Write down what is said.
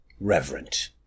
reverent